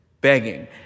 begging